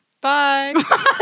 bye